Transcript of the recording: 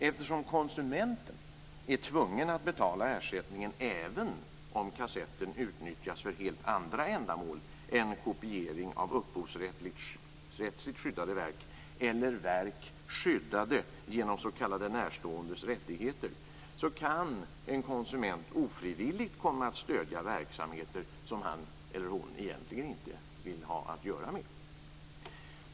Eftersom konsumenten är tvungen att betala ersättningen, även om kassetten utnyttjas för helt andra ändamål än kopiering av upphovsrättsligt skyddade verk eller verk skyddade genom s.k. närståendes rättigheter, kan en konsument ofrivilligt komma att stödja verksamheter som han eller hon egentligen inte vill ha att göra med.